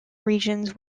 regions